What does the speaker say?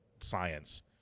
science